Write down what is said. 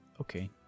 okay